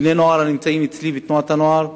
בני הנוער שנמצאים אצלי בתנועת הנוער,